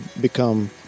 become